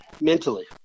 mentally